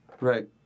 Right